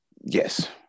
Yes